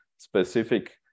Specific